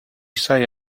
say